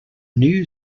new